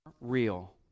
real